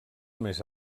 més